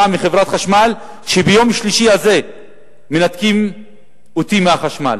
מחברת חשמל שביום שלישי הזה מנתקים אותי מהחשמל.